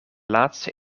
laatste